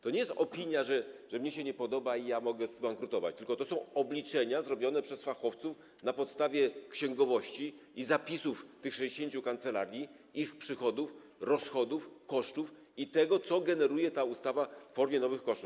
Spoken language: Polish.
To nie jest opinia, że mnie się nie podoba i ja mogę zbankrutować, tylko to są obliczenia zrobione przez fachowców na podstawie księgowości i zapisów tych 60 kancelarii, ich przychodów, rozchodów, kosztów i tego, co generuje ta ustawa w formie nowych kosztów.